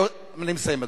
אני מסיים,